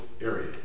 area